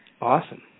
Awesome